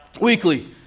Weekly